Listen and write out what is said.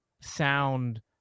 sound